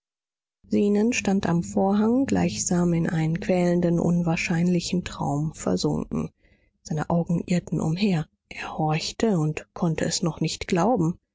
zenon stand am vorhang gleichsam in einen quälenden unwahrscheinlichen traum versunken seine augen irrten umher er horchte und konnte es noch nicht glauben